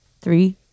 Three